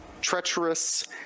treacherous